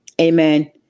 Amen